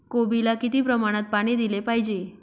कोबीला किती प्रमाणात पाणी दिले पाहिजे?